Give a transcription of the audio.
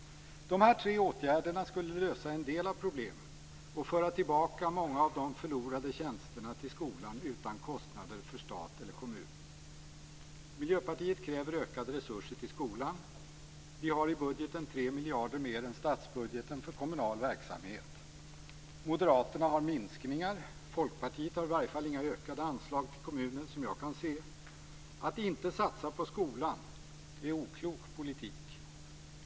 De här tre åtgärderna skulle lösa en del av problemen och föra tillbaka många av de förlorade tjänsterna till skolan utan kostnader för stat eller kommun. Miljöpartiet kräver ökade resurser till skolan. Vi har i budgeten 3 miljarder mer än statsbudgeten för kommunal verksamhet. Moderaterna har minskningar. Folkpartiet har i varje fall inga ökade anslag till kommunen, vad jag kan se. Att inte satsa på skolan är oklok politik.